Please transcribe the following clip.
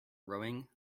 rowing